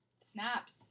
Snaps